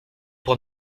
pour